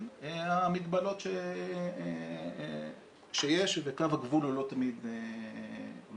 המגבלות שיש וקו הגבול הוא לא תמיד ברור.